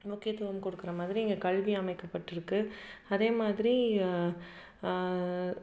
முக்கியத்துவம் கொடுக்குற மாதிரி இங்கே கல்வி அமைக்கப்பட்டிருக்கு அதேமாதிரி